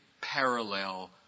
parallel